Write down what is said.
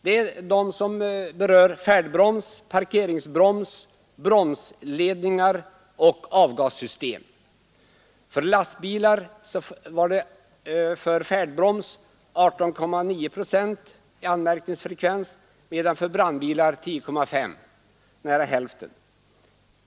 Det är de som berör färdbroms, parkeringsbroms, bromsledningar och avgassystem. För lastbilar var anmärkningsfrekvensen på färdbroms 18,9 procent, för brandbilar 10,5, dvs. omkring hälften.